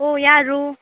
ಓ ಯಾರು